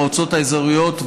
ובמועצות האזוריות.